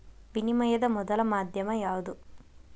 ವಿನಿಮಯದ ಮೊದಲ ಮಾಧ್ಯಮ ಯಾವ್ದು